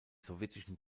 sowjetischen